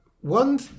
one